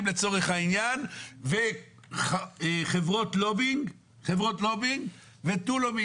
לצורך העניין וחברות לובינג ותו לא.